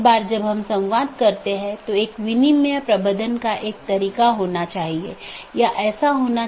एक stub AS केवल स्थानीय ट्रैफ़िक ले जा सकता है क्योंकि यह AS के लिए एक कनेक्शन है लेकिन उस पार कोई अन्य AS नहीं है